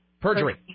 perjury